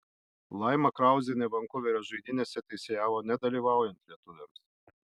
laima krauzienė vankuverio žaidynėse teisėjavo nedalyvaujant lietuviams